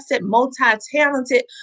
multi-talented